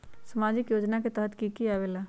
समाजिक योजना के तहद कि की आवे ला?